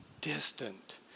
distant